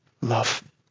love